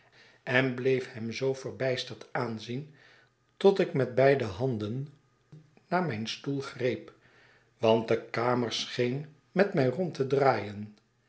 en bleef hem zoo verbijsterd aanzien tot ik met beide handen naar mijn stoel greep want dekamer scheen met mij rond te draaien